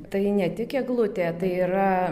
tai ne tik eglutė tai yra